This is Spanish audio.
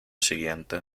siguiente